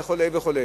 וכו' וכו'.